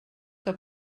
que